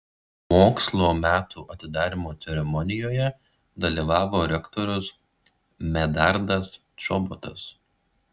mokslo metų atidarymo ceremonijoje dalyvavo rektorius medardas čobotas